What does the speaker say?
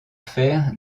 fer